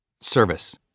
Service